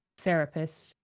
therapist